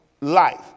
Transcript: life